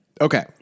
Okay